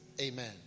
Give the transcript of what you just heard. Amen